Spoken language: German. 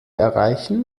erreichen